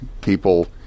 people